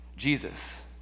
Jesus